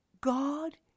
God